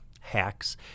hacks